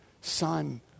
son